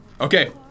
Okay